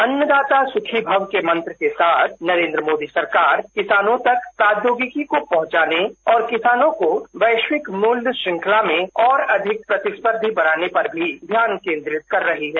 अन्नदाता सुखी भव के मंत्र के साथ नरेंद्र मोदी सरकार किसानों तक प्राद्योगिकी को पहुंचाने और किसानों को वैश्विक मूल्य श्रंखला में और अधिक प्रतिस्घ्पर्धी बनाने पर भी ध्यान केंद्रित कर रही है